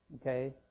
Okay